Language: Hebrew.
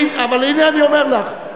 אבל הנה, אני אומר לך.